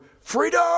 freedom